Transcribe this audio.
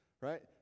right